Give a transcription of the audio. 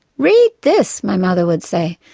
read this my mother would say,